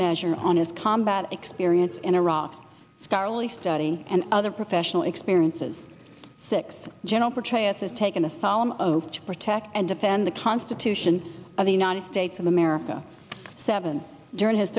measure on his combat experience in iraq starlee study and other professional experiences six general petraeus has taken a solemn oath to protect and defend the constitution of the united states of america seven during his